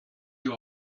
you